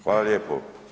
Hvala lijepo.